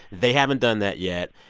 they haven't done that yet.